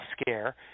scare